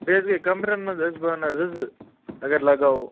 بیٚیہِ حظ گٔے کَمرَن منٛز ٲسۍ بہٕ وَنان زٕ زٕ اگر لگاوَو